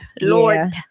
Lord